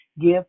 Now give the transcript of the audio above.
give